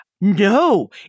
No